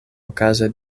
okaze